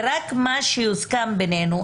ורק מה שיוסכם בינינו,